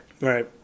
Right